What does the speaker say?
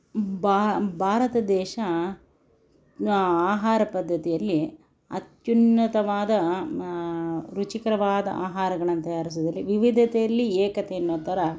ಬಾ ಭಾರತ ದೇಶ ಆಹಾರ ಪದ್ಧತಿಯಲ್ಲಿ ಅತ್ಯುನ್ನತವಾದ ರುಚಿಕರವಾದ ಆಹಾರಗಳನ್ನು ತಯಾರಿಸುವಲ್ಲಿ ವಿವಿಧತೆಯಲ್ಲಿ ಏಕತೆ ಎನ್ನೋ ಥರ